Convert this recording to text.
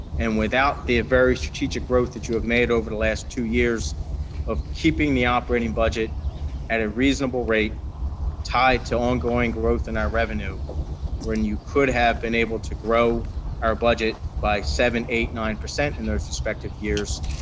and without the very strategic growth that you have made over the last two years of keeping the operating budget at a reasonable rate tied to ongoing growth in our revenue when you could have been able to grow our budget by seven, eight, nine percent in those respective years,